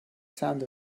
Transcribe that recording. sound